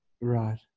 right